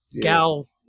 Gal